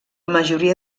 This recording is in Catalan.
majoria